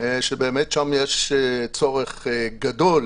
- ובאמת שם יש צורך גדול